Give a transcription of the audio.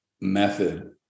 method